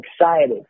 excited